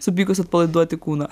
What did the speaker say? supykus atpalaiduoti kūną